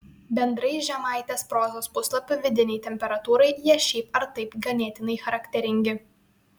bendrai žemaitės prozos puslapių vidinei temperatūrai jie šiaip ar taip ganėtinai charakteringi